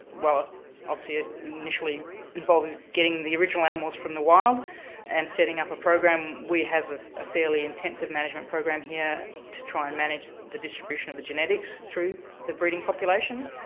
obviously it initially involves getting the original animals from the wild and setting up a program. we have a fairly intensive management program here to try and manage the distribution of the genetics through the breeding population.